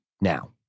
now